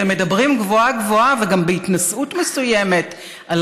ומדברים גבוהה-גבוהה ובהתנשאות מסוימת על